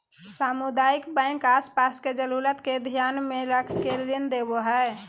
सामुदायिक बैंक आस पास के जरूरत के ध्यान मे रख के ऋण देवो हय